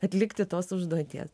atlikti tos užduoties